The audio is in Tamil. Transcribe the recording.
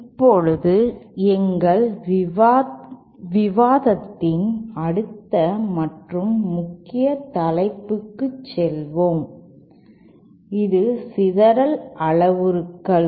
இப்போது எங்கள் விவாதத்தின் அடுத்த மற்றும் முக்கிய தலைப்புக்குச் செல்வோம் இது சிதறல் அளவுருக்கள்